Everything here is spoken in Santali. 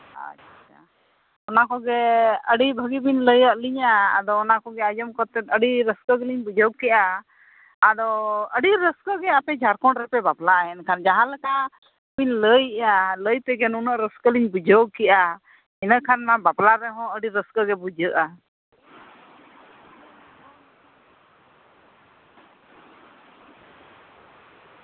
ᱟᱪᱪᱷᱟ ᱚᱱᱟ ᱠᱚᱜᱮ ᱟᱹᱰᱤ ᱵᱷᱟᱹᱜᱤ ᱵᱤᱱ ᱞᱟᱹᱭᱟᱫ ᱞᱤᱧᱟᱹ ᱟᱫᱚ ᱚᱱᱟ ᱠᱚᱜᱮ ᱟᱸᱡᱚᱢ ᱠᱟᱛᱮᱫ ᱟᱹᱰᱤ ᱨᱟᱹᱥᱠᱟᱹ ᱜᱮᱞᱤᱧ ᱵᱩᱡᱷᱟᱹᱣ ᱠᱮᱫᱼᱟ ᱟᱫᱚ ᱟᱹᱰᱤ ᱨᱟᱹᱥᱠᱟᱹ ᱜᱮ ᱟᱯᱮ ᱡᱷᱟᱲᱠᱷᱚᱸᱰ ᱨᱮᱯᱮ ᱵᱟᱯᱞᱟᱜᱼᱟ ᱮᱱᱠᱷᱟᱱ ᱡᱟᱦᱟᱸᱞᱮᱠᱟ ᱵᱤᱱ ᱞᱟᱹᱭᱮᱫᱼᱟ ᱞᱟᱹᱭ ᱛᱮᱜᱮ ᱱᱩᱱᱟᱹᱜ ᱨᱟᱹᱥᱠᱟᱹᱞᱤᱧ ᱵᱩᱡᱷᱟᱹᱣ ᱠᱮᱫᱼᱟ ᱤᱱᱟᱹᱠᱷᱟᱱ ᱢᱟ ᱵᱟᱯᱞᱟ ᱨᱮᱦᱚᱸ ᱟᱹᱰᱤ ᱨᱟᱹᱥᱠᱟᱹ ᱜᱮ ᱵᱩᱡᱷᱟᱹᱜᱼᱟ